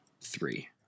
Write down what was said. Three